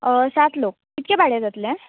सात लोक कितलें भाडें जातलें